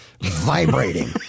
vibrating